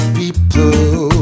people